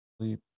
sleep